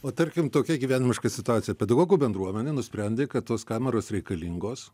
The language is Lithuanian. o tarkim tokia gyvenimiška situacija pedagogų bendruomenė nusprendė kad tos kameros reikalingos